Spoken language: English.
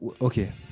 Okay